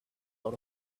out